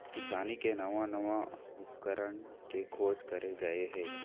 किसानी के नवा नवा उपकरन के खोज करे गए हे